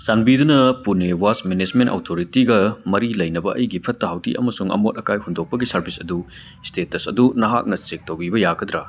ꯆꯥꯟꯕꯤꯗꯨꯅ ꯄꯨꯁꯦ ꯋꯥꯁ ꯃꯦꯅꯦꯁꯃꯦꯟ ꯑꯧꯊꯣꯔꯤꯇꯤꯒ ꯃꯔꯤ ꯂꯩꯅꯕ ꯑꯩꯒꯤ ꯐꯠꯇ ꯍꯧꯗꯤ ꯑꯃꯁꯨꯡ ꯑꯃꯣꯠ ꯑꯀꯥꯏ ꯍꯨꯟꯗꯣꯛꯄꯒꯤ ꯁꯥꯔꯕꯤꯁ ꯑꯗꯨ ꯏꯁꯇꯦꯇꯁ ꯑꯗꯨ ꯅꯍꯥꯛꯅ ꯆꯦꯛ ꯇꯧꯕꯤꯕ ꯌꯥꯒꯗ꯭ꯔ